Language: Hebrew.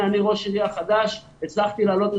איך אני כעירייה כזו עם החשבת יכול להתמודד עם המשבר הזה?